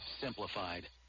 simplified